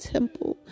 Temple